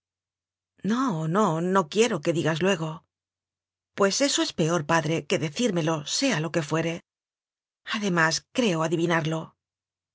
no no no quiero que digas luego pues eso es peor padre que decírmelo sea lo que fuere además que creo